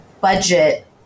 budget